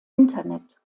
internet